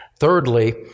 Thirdly